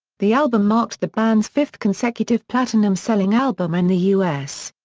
the album marked the band's fifth consecutive platinum selling album in the us.